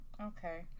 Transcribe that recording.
Okay